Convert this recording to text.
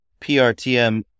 PRTM